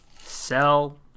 sell